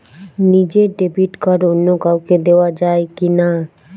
নিজের debit card অন্য কাউকে দেওয়া যায় কি না?